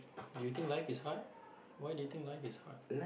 do you think life is hard why do you think life is hard